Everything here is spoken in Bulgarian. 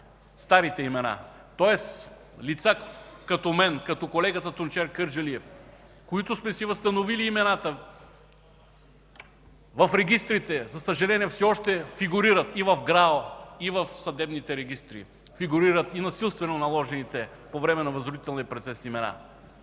старите имена. Тоест лица като мен, като колегата Тунчер Кърджалиев, които сме си възстановили имената, в регистрите все още фигурират, за съжаление, и в ГРАО, и в съдебните регистри и насилствено наложените по време на възродителния процес имена.